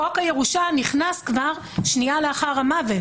חוק הירושה נכנס שנייה לאחר המוות.